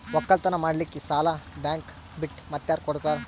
ಒಕ್ಕಲತನ ಮಾಡಲಿಕ್ಕಿ ಸಾಲಾ ಬ್ಯಾಂಕ ಬಿಟ್ಟ ಮಾತ್ಯಾರ ಕೊಡತಾರ?